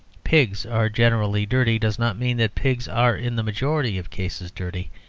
pigs are generally dirty does not mean that pigs are, in the majority of cases, dirty,